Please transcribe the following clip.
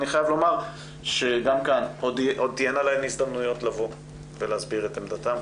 אני חייב לומר שעוד תהיינה להם הזדמנויות לבוא ולהסביר את עמדתם,